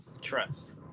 Trust